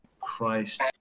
Christ